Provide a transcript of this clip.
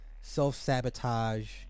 self-sabotage